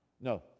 No